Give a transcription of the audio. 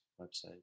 website